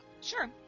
Sure